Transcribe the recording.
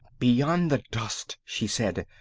beyond the dust, she said.